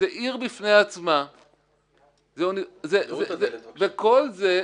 זו עיר בפני עצמה וכל זה למה?